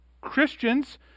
Christians